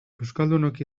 euskaldunok